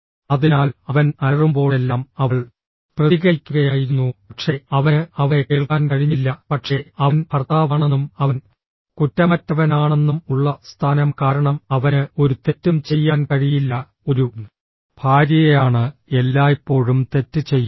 അതിനാൽ അവൻ അലറുമ്പോഴെല്ലാം അവൾ പ്രതികരിക്കുകയായിരുന്നു പക്ഷേ അവന് അവളെ കേൾക്കാൻ കഴിഞ്ഞില്ല പക്ഷേ അവൻ ഭർത്താവാണെന്നും അവൻ കുറ്റമറ്റവനാണെന്നും ഉള്ള സ്ഥാനം കാരണം അവന് ഒരു തെറ്റും ചെയ്യാൻ കഴിയില്ല ഒരു ഭാര്യയാണ് എല്ലായ്പ്പോഴും തെറ്റ് ചെയ്യുന്നത്